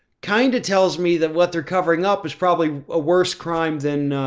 kind of tells me that what they're covering up is probably a worst crime than, ah,